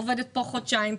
עובדת כאן חודשיים,